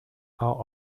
out